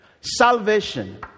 Salvation